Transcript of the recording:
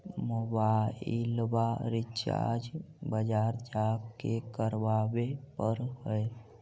मोबाइलवा रिचार्ज बजार जा के करावे पर है?